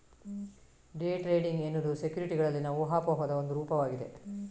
day trading ಎನ್ನುವುದು ಸೆಕ್ಯುರಿಟಿಗಳಲ್ಲಿನ ಊಹಾಪೋಹದ ಒಂದು ರೂಪವಾಗಿದೆ